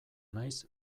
naiz